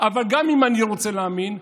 אבל גם אם אני רוצה להאמין,